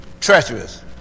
Treacherous